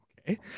Okay